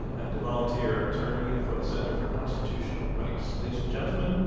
and a volunteer attorney for the center for constitutional rights. ladies and gentlemen,